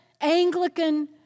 Anglican